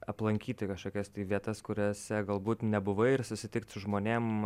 aplankyti kažkokias vietas kuriose galbūt nebuvai ir susitikt su žmonėm